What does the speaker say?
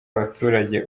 abaturage